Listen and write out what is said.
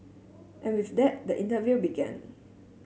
and with that the interview began